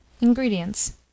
Ingredients